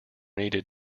needed